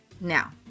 Now